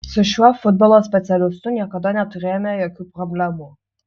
su šiuo futbolo specialistu niekada neturėjome jokių problemų